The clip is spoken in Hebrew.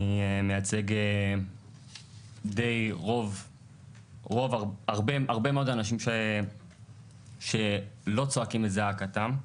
אני מייצג הרבה מאוד אנשים שלא זועקים את זעקתם.